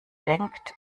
denkt